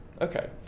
Okay